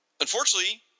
unfortunately